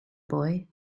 boy